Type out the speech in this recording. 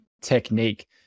technique